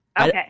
Okay